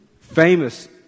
famous